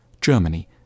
Germany